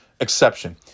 exception